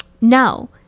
No